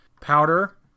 powder